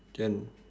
can